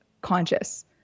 conscious